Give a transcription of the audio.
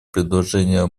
предложения